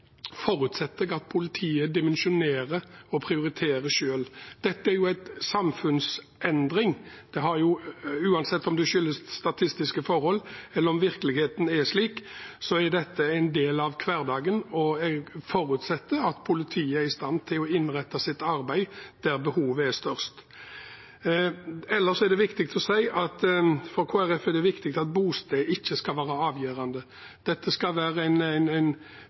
forutsetter Kristelig Folkeparti at politiet dimensjonerer og prioriterer selv. Dette er jo en samfunnsendring. Uansett om det skyldes statistiske forhold eller om virkeligheten er slik, så er dette en del av hverdagen, og jeg forutsetter at politiet er i stand til å innrette sitt arbeid der behovet er størst. Ellers er det viktig for Kristelig Folkeparti at bosted ikke skal være avgjørende. Dette skal være en felles kunnskap og kompetanse og handlingsrom, uansett om en